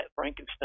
Frankenstein